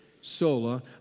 sola